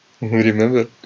remember